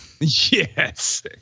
Yes